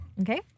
Okay